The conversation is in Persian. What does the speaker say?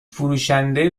فروشنده